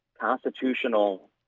constitutional